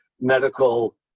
medical